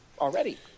already